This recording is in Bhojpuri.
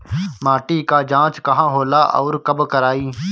माटी क जांच कहाँ होला अउर कब कराई?